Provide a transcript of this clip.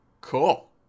Cool